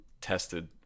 Tested